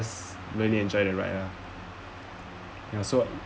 just really enjoyed the ride lah ya so